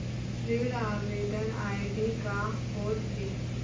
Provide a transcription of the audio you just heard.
ऋण आवेदन आई.डी का होत हे?